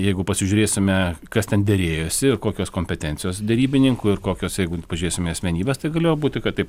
jeigu pasižiūrėsime kas ten derėjosi ir kokios kompetencijos derybininkų ir kokios jeigu pažiūrėsim į asmenybes tai galėjo būti kad taip